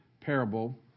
parable